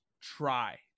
try